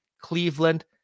Cleveland